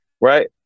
right